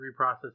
reprocess